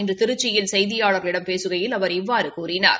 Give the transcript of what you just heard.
இன்று திருச்சியில் செய்தியாளர்களிடம் பேசுகையில் அவர் இவ்வாறு கூறினார்